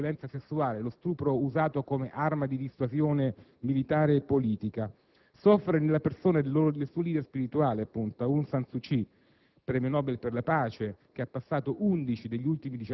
Un Paese che soffre la fame, la repressione, il lavoro schiavo e la violenza sessuale, lo stupro usato come arma di dissuasione militare e politica. Soffre nella persona del suo *leader* spirituale, appunto Aung San Suu Kyi,